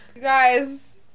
Guys